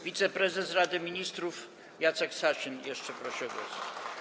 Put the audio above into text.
Wiceprezes Rady Ministrów Jacek Sasin jeszcze prosi o głos.